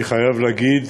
אני חייב להגיד,